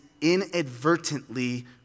inadvertently